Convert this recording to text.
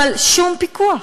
אבל שום פיקוח.